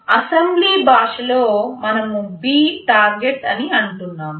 assembly భాషలో మనం B target అని అంటున్నాము